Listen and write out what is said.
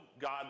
God